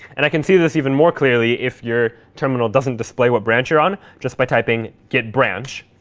and i can see this even more clearly, if your terminal doesn't display what branch you're on, just by typing git branch,